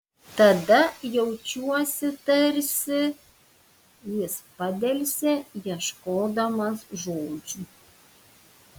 tada jaučiuosi tarsi jis padelsė ieškodamas žodžių